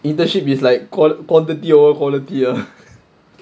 internship is like call quantity over quality